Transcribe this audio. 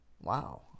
wow